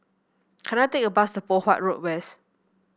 can I take a bus to Poh Huat Road West